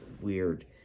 weird